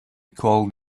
called